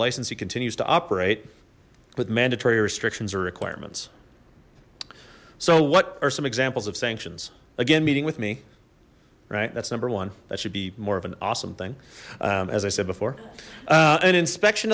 licensee continues to operate with mandatory restrictions or requirements so what are some examples of sanctions again meeting with me right that's number one that should be more of an awesome thing as i said before an inspection